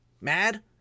Mad